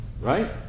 right